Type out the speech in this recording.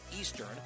Eastern